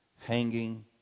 hanging